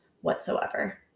whatsoever